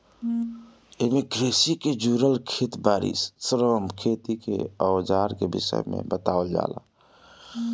एमे कृषि के जुड़ल खेत बारी, श्रम, खेती के अवजार के विषय में बतावल जाला